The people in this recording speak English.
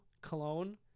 Cologne